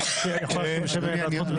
אני יכול להשיב בשם ועדת החוץ והביטחון?